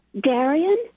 Darian